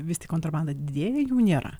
vis tik kontrabanda didėja jų nėra